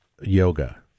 yoga